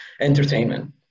entertainment